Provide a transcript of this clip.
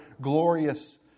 glorious